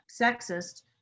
sexist